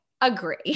agree